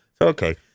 Okay